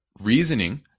reasoning